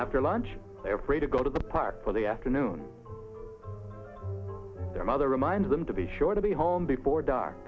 after lunch their prey to go to the park for the afternoon their mother remind them to be sure to be home before d